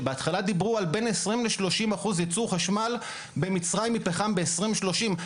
שבהתחלה דיברו על בין 20% ל-30% ייצור חשמל במצרים מפחם ב-2030.